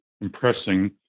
impressing